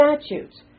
statutes